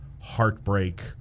heartbreak